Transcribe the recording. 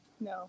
No